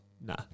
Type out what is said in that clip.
Nah